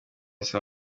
saa